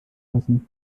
passen